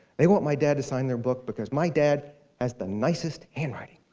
they want my dad to sign their book because my dad has the nicest handwriting!